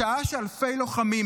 בשעה שאלפי לוחמים,